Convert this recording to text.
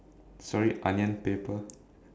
sorry onion paper